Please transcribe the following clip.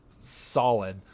solid